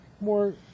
more